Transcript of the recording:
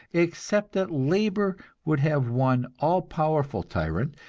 except that labor would have one all-powerful tyrant,